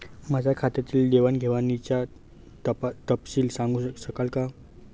माझ्या खात्यातील देवाणघेवाणीचा तपशील सांगू शकाल काय?